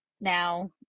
now